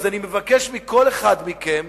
כך שאני מבקש מכל אחד מכם